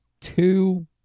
two